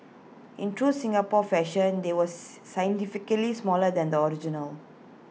in true Singapore fashion they was scientifically smaller than the original